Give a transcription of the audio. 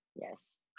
yes